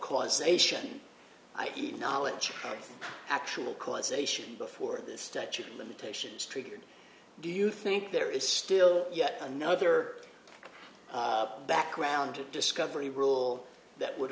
causation i ve knowledge of actual causation before the statute of limitations triggered do you think there is still yet another background discovery rule that would